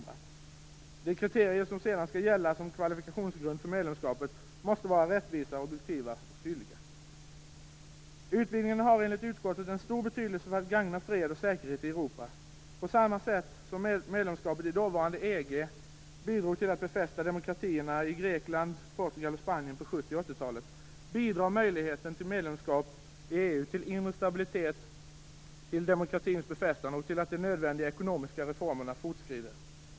De kriterier som sedan skall gälla som kvalifikationsgrund för medlemskapet måste vara rättvisa, objektiva och tydliga. Utvidgningen har enligt utskottet stor betydelse när det gäller att gagna fred och säkerhet i Europa. På samma sätt som medlemskapet i dåvarande EG på 70 och 80-talen bidrog till att befästa demokratin i Grekland, Portugal och Spanien bidrar möjligheten till medlemskap i EU till inre stabilitet, till demokratins befästande och till att de nödvändiga ekonomiska reformerna fortskrider.